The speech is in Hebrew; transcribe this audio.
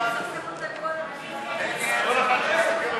ההסתייגויות לסעיף 07, המשרד